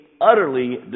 utterly